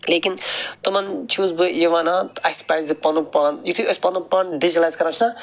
لیکِن تِمن چھُس بہٕ یہِ ونان تہٕ اسہِ پٔزِ پنُن پان یتھُے أسۍ پنُن پان ڈِجٹلایز کران چھِ نا اسہِ چھِ اَکھ سۄ پہچان ہِشۍ میلان